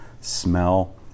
smell